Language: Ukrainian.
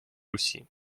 русі